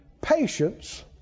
patience